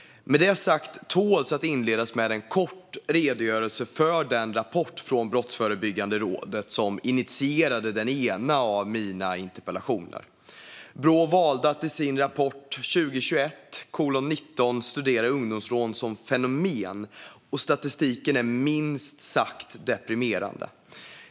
Med det sagt tål det att inledas med en kort redogörelse för den rapport från Brottsförebyggande rådet som initierade den ena av mina interpellationer. Brå valde att i sin rapport 2021:19 studera ungdomsrån som fenomen, och statistiken är minst sagt deprimerande.